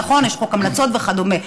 נכון, יש חוק המלצות וכדומה.